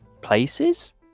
places